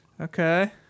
Okay